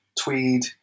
Tweed